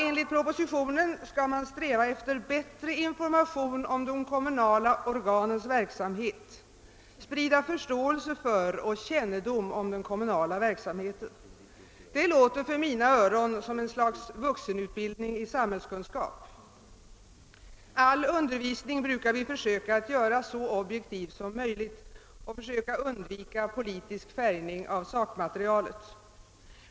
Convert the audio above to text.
Enligt propositionen skall man sträva efter bättre information om de kommunala organens verksamhet och sprida förståelse för och kännedom om den kommunala verksamheten. Det låter för mina öron som ett slags vuxenutbildning i samhällskunskap. Vi brukar försöka göra all undervisning så objektiv som möjligt och undvika politisk färgning av sakmaterialet.